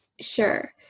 Sure